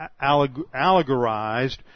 allegorized